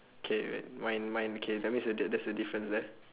K man mine mine K that means there that's the different there